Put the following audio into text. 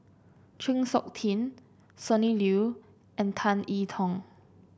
Chng Seok Tin Sonny Liew and Tan E Tong